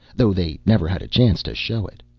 though they never had a chance to show it.